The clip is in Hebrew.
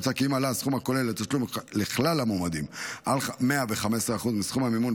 מוצע כי אם עלה הסכום הכולל לתשלום לכלל המועמדים על 115% מסכום המימון,